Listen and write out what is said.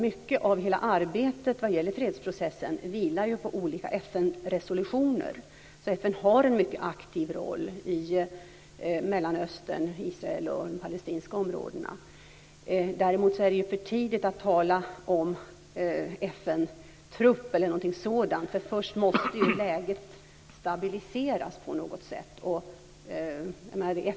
Mycket av hela arbetet vad gäller fredsprocessen vilar på olika FN-resolutioner. FN har en mycket aktiv roll i Mellanöstern, i Israel och de palestinska områdena. Däremot är det för tidigt att tala om FN trupp eller någonting sådant. Först måste ju läget stabiliseras på något sätt.